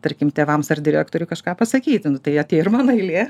tarkim tėvams ar direktoriui kažką pasakyti nu tai atėjo ir mano eilė